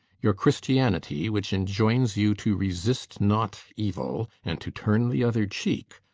your christianity, which enjoins you to resist not evil, and to turn the other cheek,